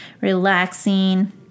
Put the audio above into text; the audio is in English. relaxing